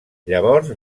llavors